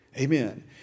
Amen